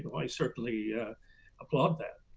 i certainly applaud that.